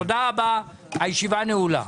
תודה רבה, הישיבה נעולה.